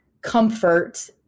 comfort